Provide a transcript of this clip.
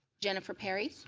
jennifer perry. so